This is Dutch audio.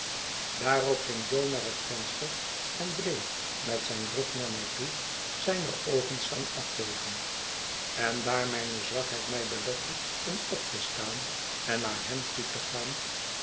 daarop ging jo naar het venster en bleef met zijn rug naar mij toe zijne oogen staan afvegen en daar mijne zwakheid mij belette om op te staan en naar hem toe te gaan